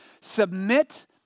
submit